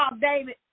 David